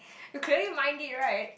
you clearly mind it right